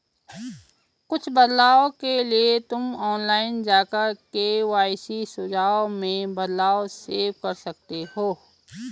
कुछ बदलाव के लिए तुम ऑनलाइन जाकर के.वाई.सी सुझाव में बदलाव सेव कर सकते हो